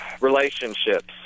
relationships